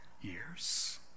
years